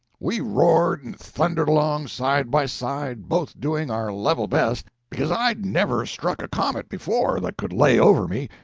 we roared and thundered along side by side, both doing our level best, because i'd never struck a comet before that could lay over me,